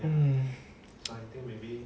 hmm